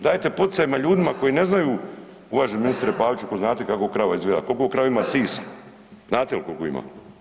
Dajte poticaje ljudima koji ne znaju, uvaženi ministre Paviću, ako znate kako krava izgleda, koliko krava ima sisa, znate li koliko ima?